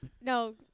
No